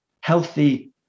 healthy